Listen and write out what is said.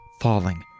falling